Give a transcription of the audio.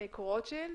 אניק רוטשילד.